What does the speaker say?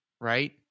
right